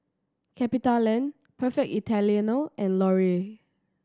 CapitaLand Perfect Italiano and Laurier